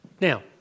Now